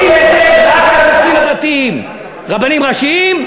אתם עושים את זה רק בנושאים הדתיים: רבניים ראשיים,